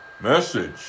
message